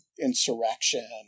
insurrection